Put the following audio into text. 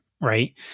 right